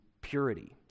purity